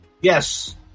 Yes